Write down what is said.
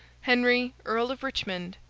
henry earl of richmond,